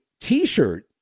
T-shirt